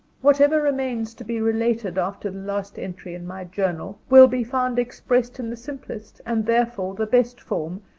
whatever remains to be related after the last entry in my journal, will be found expressed in the simplest, and therefore, the best form,